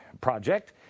Project